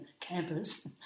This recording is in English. campus